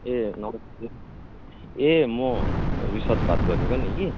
ए ए म रिसप बात गरेको नि कि